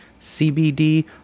CBD